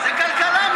זה כלכלה.